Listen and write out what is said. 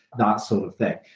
that sort of thing.